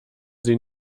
sie